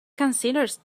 considers